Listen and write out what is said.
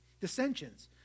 dissensions